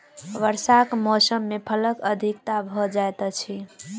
वर्षाक मौसम मे फलक अधिकता भ जाइत अछि